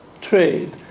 trade